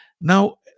Now